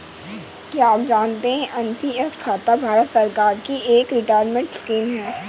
क्या आप जानते है एन.पी.एस खाता भारत सरकार की एक रिटायरमेंट स्कीम है?